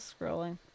scrolling